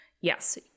yes